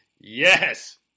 yes